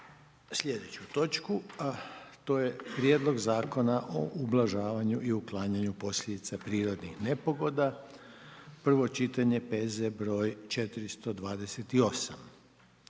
Gordan (HDZ)** Prijedlog Zakona o ublažavanju i uklanjanju posljedica prirodnih nepogoda, prvo čitanje, P.Z. br. 428.